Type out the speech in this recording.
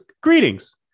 greetings